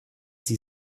sie